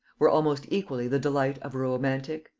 were almost equally the delight of a romantic,